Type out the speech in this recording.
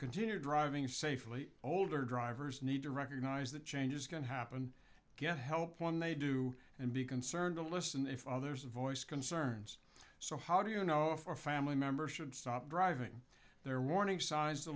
continue driving safely older drivers need to recognize that change is going to happen get help when they do and be concerned to listen if others voice concerns so how do you know if a family member should stop driving their warning signs to